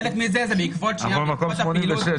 חלק מזה זה בעקבות --- אנחנו במקום 86,